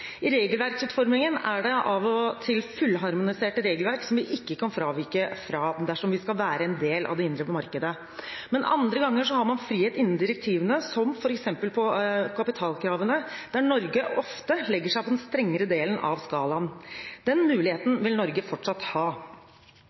I regelverksutformingen er det av og til fullharmoniserte regelverk som vi ikke kan fravike dersom vi skal være en del av det indre markedet. Men andre ganger har man frihet innen direktivene, som f.eks. på kapitalkravene, der Norge ofte legger seg på den strengere delen av skalaen. Den muligheten vil Norge fortsatt ha.